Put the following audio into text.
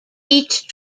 each